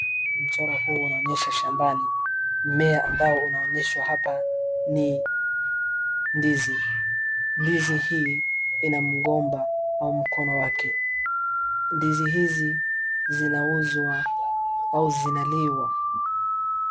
Mchoro huu unaonyesha shambani. Mimea ambao unaonyeshwa hapa ni ndizi, ndizi hii ina mgomba au mkono wake. ndizi hizi zinauzwa au zinaliwa.